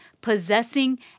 possessing